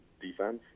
defense